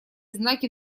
знаки